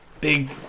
Big